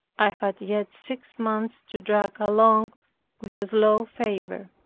i had yet six months to drag along with a slow fever.